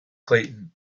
clayton